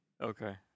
Okay